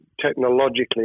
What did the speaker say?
technologically